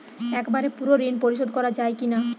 একবারে পুরো ঋণ পরিশোধ করা যায় কি না?